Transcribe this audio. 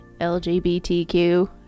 LGBTQ